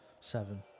Seven